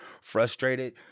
frustrated